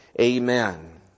Amen